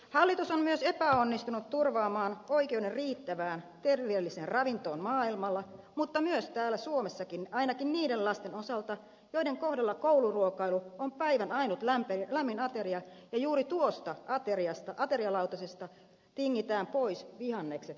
hallitus on myös epäonnistunut turvaamaan oikeuden riittävään terveelliseen ravintoon maailmalla mutta myös täällä suomessakin ainakin niiden lasten osalta joiden kohdalla kouluruokailu on päivän ainut lämmin ateria ja juuri tuosta aterialautasesta tingitään pois vihannekset ja hedelmät